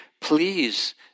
Please